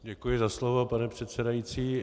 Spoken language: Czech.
Děkuji za slovo, pane předsedající.